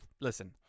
listen